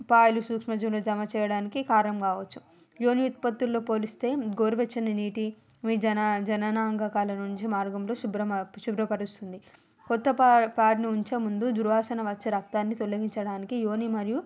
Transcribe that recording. ప్యాడ్లు సూక్ష్మజీవులు జమచేయడానికి కారణం కావచ్చు యోని ఉత్పత్తులలో పోలిస్తే గోరు వెచ్చని నీటి వి జన జననాంగాల నుంచి మార్గంలో శుభ్రమా శుభ్రపరుస్తుంది కొత్త పా ప్యాడ్ని ఉంచేముందు దుర్వాసన వచ్చి రక్తాన్ని తొలగించడానికి యోని మరియు